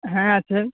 হ্যাঁ আছে